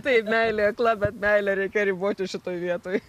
taip meilė akla bet meilę reikia riboti šitoj vietoj